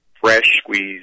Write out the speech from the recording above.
fresh-squeezed